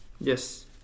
Yes